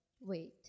wait